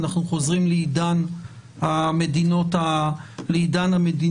אנחנו חוזרים לעידן המדינות האדומות.